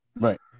Right